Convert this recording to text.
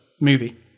movie